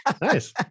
Nice